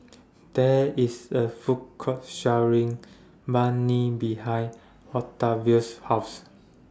There IS A Food Court sharing Banh MI behind Octavius' House